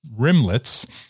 rimlets